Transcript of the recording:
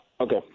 Okay